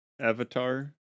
avatar